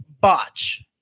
botch